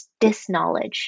disknowledge